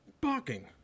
Barking